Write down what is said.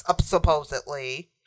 supposedly